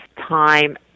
time